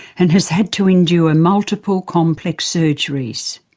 and has had to endure multiple complex surgeries.